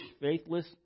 faithless